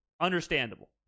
Understandable